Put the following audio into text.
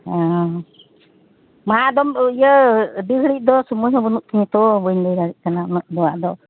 ᱦᱮᱸ ᱢᱟ ᱟᱫᱚᱢ ᱤᱭᱟᱹ ᱟᱹᱰᱤ ᱜᱷᱟᱹᱲᱤᱡ ᱫᱚ ᱥᱩᱢᱟᱹᱭ ᱦᱚᱸ ᱵᱟᱹᱱᱩᱜ ᱛᱤᱧᱟᱹ ᱛᱚ ᱵᱟᱹᱧ ᱞᱟᱹᱭ ᱫᱟᱲᱮᱜ ᱠᱟᱱᱟ ᱩᱱᱟᱹᱜ ᱫᱚ ᱟᱫᱚ